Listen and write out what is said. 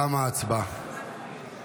תמה ההצבעה.